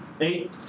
Eight